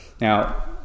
Now